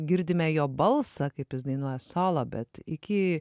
girdime jo balsą kaip jis dainuoja solo bet iki